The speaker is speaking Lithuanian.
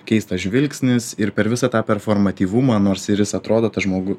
keistas žvilgsnis ir per visą tą performatyvumą nors ir jis atrodo tas žmogų